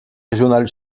régional